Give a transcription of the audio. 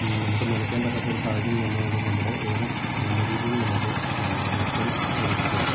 നമുക്ക് നനയ്ക്കാൻ പറ്റാത്തൊരു സാഹചര്യം വന്നോണ്ടും നമ്മുടെ ഏലം നല്ല രീതിയിൽ നമുക്ക് നഷ്ടം വിതച്ചിട്ടുണ്ട്